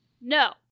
No